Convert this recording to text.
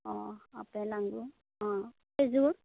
অ' apple আঙুৰ অ' খেজুৰ